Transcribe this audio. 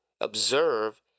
Observe